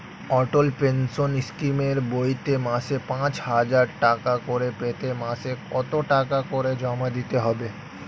অটল pension স্কিমের বইতে মাসে পাঁচ হাজার টাকা করে পেতে মাসে কত টাকা করে জমা দিতে হবে?